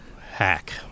Hack